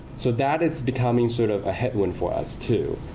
so that is becoming sort of a headwind for us too.